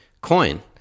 coin